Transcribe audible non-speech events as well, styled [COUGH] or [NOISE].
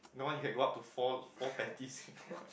no one can go up to four four patties [LAUGHS]